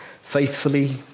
faithfully